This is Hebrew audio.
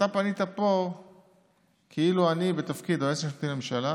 אתה פנית פה כאילו אני בתפקיד יועץ משפטי לממשלה,